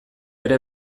ere